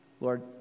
Lord